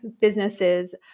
businesses